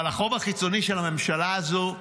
אבל החוב החיצוני של הממשלה הזו,